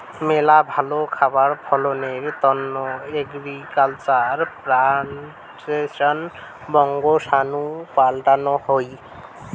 মেলা ভালো খাবার ফলনের তন্ন এগ্রিকালচার প্রোডাক্টসের বংশাণু পাল্টানো হই